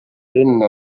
enne